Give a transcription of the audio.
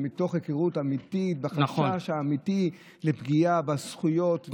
מתוך היכרות אמיתית וחשש אמיתי לפגיעה בזכויות.